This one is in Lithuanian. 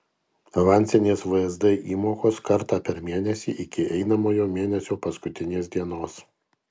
avansinės vsd įmokos kartą per mėnesį iki einamojo mėnesio paskutinės dienos